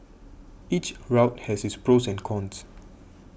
each route has its pros and cons